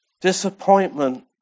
Disappointment